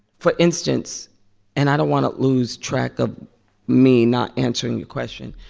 for instance and i don't want to lose track of me not answering your question.